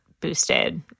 boosted